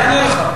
אני אענה לך.